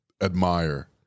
admire